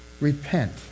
repent